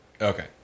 Okay